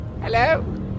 Hello